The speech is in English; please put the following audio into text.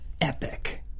epic